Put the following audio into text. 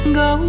go